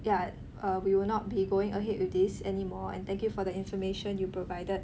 yeah err we will not be going ahead with this anymore and thank you for the information you provided